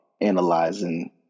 analyzing